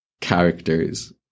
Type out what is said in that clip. characters